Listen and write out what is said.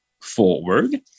forward